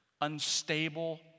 unstable